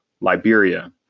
Liberia